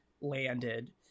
landed